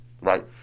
Right